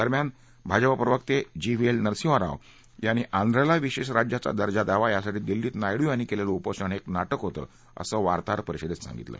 दरम्यान भाजप प्रवक्ते G V L Narasimharao यांनी आंध्रला विशेष राज्याचा दर्जा द्यावा यासाठी दिल्लीत नाय यांनी केलेलं उपोषण हे एक नाटक होतं असं वार्ताहर परिषदेत सांगितलं